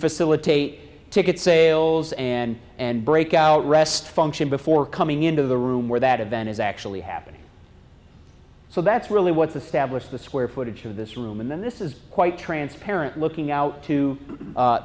facilitate ticket sales and and break out rest function before coming into the room where that event is actually happening so that's really what the stablished the square footage of this room and then this is quite transparent looking out to